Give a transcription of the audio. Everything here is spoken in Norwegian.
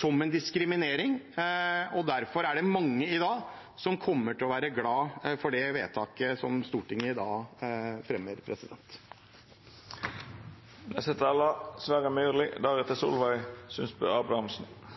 som diskriminering. Derfor er det mange som kommer til å bli glad for det vedtaket som Stortinget gjør i dag.